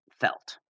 felt